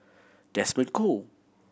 Desmond Choo